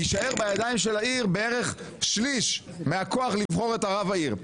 יישארו בידיים של העיר בערך שליש מהכוח לבחור את רב העיר.